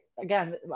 again